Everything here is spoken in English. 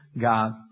God